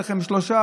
יהיו לכם שלושה,